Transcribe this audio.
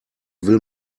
will